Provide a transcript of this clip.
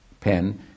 pen